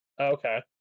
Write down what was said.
Okay